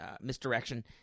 misdirection